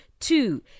Two